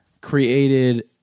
created